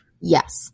Yes